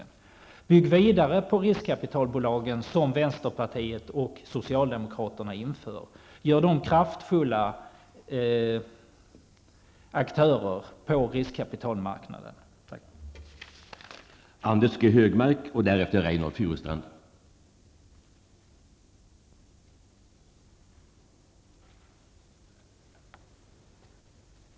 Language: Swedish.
Man bör bygga vidare på de riskkapitalbolag som vänstpartiet och socialdemokraterna har föreslagit. Gör riskkapitalbolagen till kraftfulla aktörer på riskkapitalmarknaden! Tack.